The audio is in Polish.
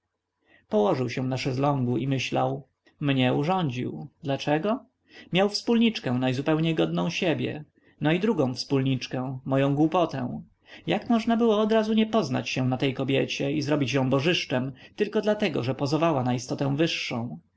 położył się na szeslągu i myślał mnie urządził dlaczego miał wspólniczkę najzupełniej godną siebie no i drugą wspólniczkę moję głupotę jak można było odrazu nie poznać się na tej kobiecie i zrobić ją bożyszczem dlatego tylko że pozowała na istotę wyższą